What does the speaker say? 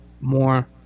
more